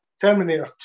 Terminator